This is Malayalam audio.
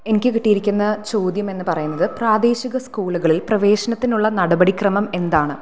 എനിക്ക് കിട്ടിയിരിക്കുന്ന ചോദ്യം എന്ന് പറയുന്നത് പ്രാദേശിക സ്കൂളുകളിൽ പ്രവേശനത്തിനുള്ള നടപടി ക്രമം എന്താണ്